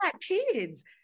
kids